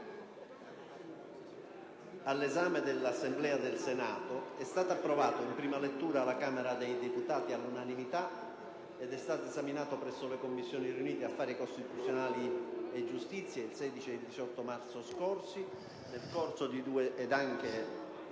all'esame dell'Assemblea del Senato, è stato approvato in prima lettura dalla Camera dei deputati all'unanimità ed è stato esaminato presso le Commissioni riunite affari costituzionali e giustizia il 16 e il 18 marzo scorsi e nel corso di due sedute